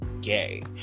gay